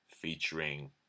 featuring